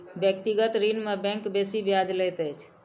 व्यक्तिगत ऋण में बैंक बेसी ब्याज लैत अछि